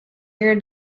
your